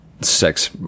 sex